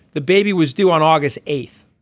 the baby was due on august eighth.